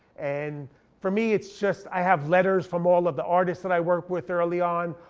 and for me it's just, i have letters from all of the artists that i worked with early on,